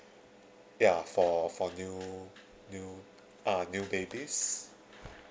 ya for for new new uh new babies